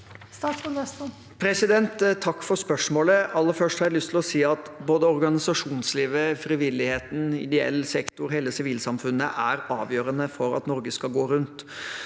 Takk for spørsmålet. Aller først har jeg lyst til å si at både organisasjonslivet, frivilligheten, ideell sektor og hele sivilsamfunnet er avgjørende for at Norge skal gå rundt.